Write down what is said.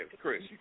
Chris